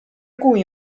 cui